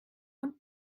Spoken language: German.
und